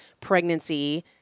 pregnancy